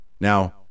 Now